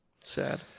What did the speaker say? Sad